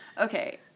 Okay